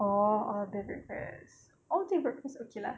orh all day breakfast all day breakfast okay lah